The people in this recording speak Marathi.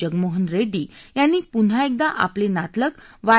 जगमोहन रेड्डी यांनी पुन्हा एकदा आपले नातलग वाय